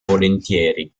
volentieri